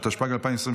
התשפ"ג 2023: